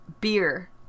Beer